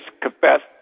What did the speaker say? confessed